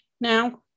now